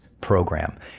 Program